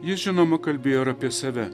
jis žinoma kalbėjo apie save